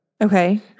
okay